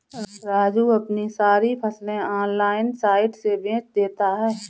राजू अपनी सारी फसलें ऑनलाइन साइट से बेंच देता हैं